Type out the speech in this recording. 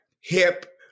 hip